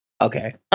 okay